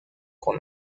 con